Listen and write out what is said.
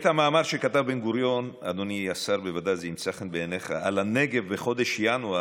את המאמר שכתב בן-גוריון על הנגב בחודש ינואר,